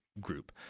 group